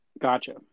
Gotcha